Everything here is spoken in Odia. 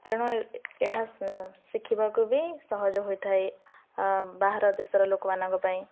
ତେଣୁ ଏହା ଶିଖିବାକୁ ବି ସହଜ ହୋଇଥାଏ ବାହାର ଦେଶର ଲୋକମାନଙ୍କ ପାଇଁ